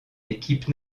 équipe